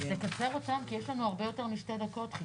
תקצר אותם, כי יש לנו הרבה זמן משתי דקות.